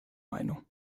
meinung